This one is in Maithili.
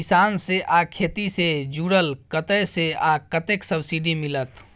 किसान से आ खेती से जुरल कतय से आ कतेक सबसिडी मिलत?